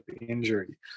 injury